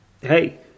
hey